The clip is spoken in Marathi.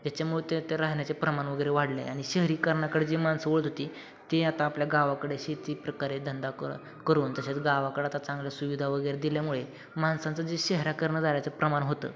त्याच्यामुळे त्या राहण्याचे प्रमाण वगैरे वाढलं आहे आणि शहरीकरणाकडे जे माणसं वळत होती ती आता आपल्या गावाकडे शेती प्रकारे धंदा करून तसेच गावाकडं आता चांगल्या सुविधा वगैरे दिल्यामुळे माणसांचा जे शहराकडं जाण्याचं प्रमाण होतं